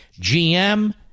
GM